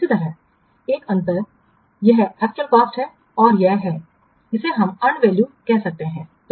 इसी तरह यह अंतर यह एक्चुअल कॉस्ट है और यह है इसे हम अर्नड वैल्यू कह सकते हैं